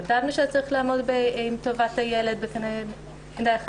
כתבנו שצריך לעמוד עם טובת הילד בקנה אחד.